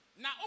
now